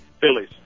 Phillies